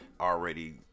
already